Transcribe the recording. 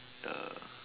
ya